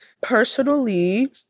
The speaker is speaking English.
personally